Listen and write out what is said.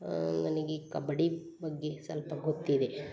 ನನಿಗೆ ಈ ಕಬಡ್ಡಿ ಬಗ್ಗೆ ಸ್ವಲ್ಪ ಗೊತ್ತಿದೆ